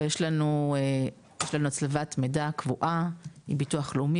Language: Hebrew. יש לנו הצלבת מידע קבועה עם ביטוח לאומי,